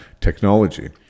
Technology